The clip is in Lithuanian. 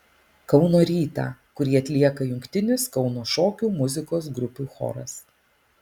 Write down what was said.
kauno rytą kurį atlieka jungtinis kauno šokių muzikos grupių choras